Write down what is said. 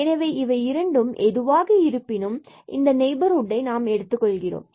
எனவே இவை இரண்டும் எதுவாக இருப்பினும் இந்த ab நெய்பர்ஹுட்டை நாம் எடுத்துக் கொள்கிறோம்